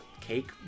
cake